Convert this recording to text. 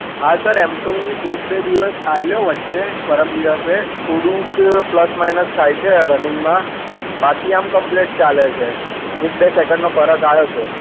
હા સર એમ તો હું એક બે દિવસ આવેલો વચ્ચે પરમ દિવસે થોડુંક પ્લસ માઇનસ થાય છે રનિંગમાં બાકી આમ કમ્પલેટ ચાલે છે એક બે સેકંડનો ફરક આવ્યો છે